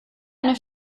eine